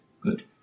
good